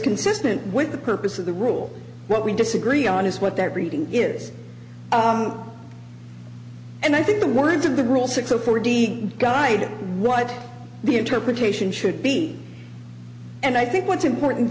consistent with the purpose of the rule what we disagree on is what that reading is and i think the words of the rule six zero four d guide what the interpretation should be and i think what's important